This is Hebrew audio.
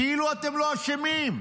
כאילו אתם לא אשמים,